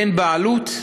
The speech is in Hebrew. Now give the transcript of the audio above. אין בעלות?